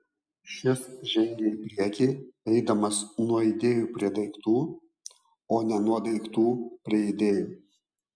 šis žengia į priekį eidamas nuo idėjų prie daiktų o ne nuo daiktų prie idėjų